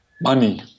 Money